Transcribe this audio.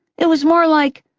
it was more like,